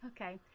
Okay